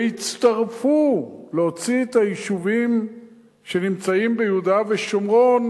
והצטרפו להוציא את היישובים שנמצאים ביהודה ושומרון